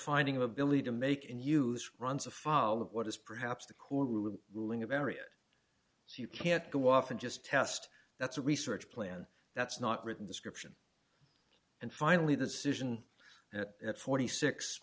finding of ability to make and used runs of fall of what is perhaps the court room ruling of area so you can't go off and just test that's a research plan that's not written description and finally the solution at forty six